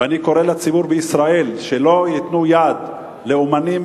ואני קורא לציבור בישראל שלא ייתנו יד לאמנים